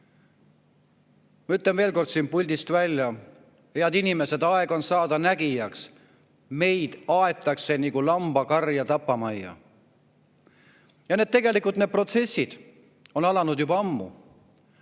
ütlen veel kord siit puldist välja: head inimesed, aeg on saada nägijaks! Meid aetakse nagu lambakarja tapamajja! Tegelikult need protsessid on alanud juba ammu.